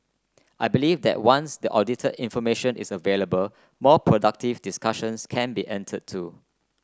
I believe that once the audited information is available more productive discussions can be entered to